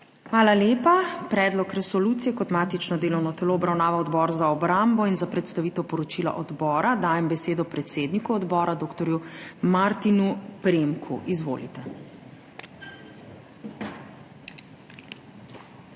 Hvala lepa. Predlog resolucije je kot matično delovno telo obravnaval Odbor za obrambo in za predstavitev poročila odbora dajem besedo predsedniku odbora dr. Martinu Premku. Izvolite. DR.